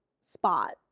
spot